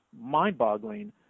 mind-boggling